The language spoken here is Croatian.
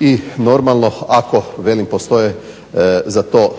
I normalno ako postoje za to